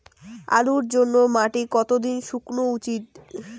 আলুর জন্যে মাটি কতো দিন শুকনো উচিৎ?